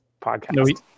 podcast